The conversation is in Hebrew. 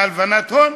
בהלבנת הון,